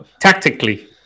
tactically